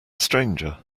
stranger